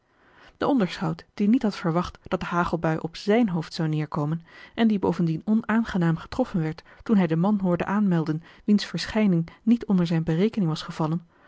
de onderschout die niet had verwacht dat de hagelbui op zijn hoofd zou neêrkomen en die bovendien onaangenaam getroffen werd toen hij den man hoorde aanmelden wiens verschijning niet onder zijne berekening was gevallen